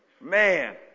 Man